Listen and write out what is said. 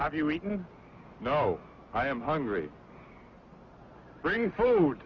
have you eaten no i am hungry bring food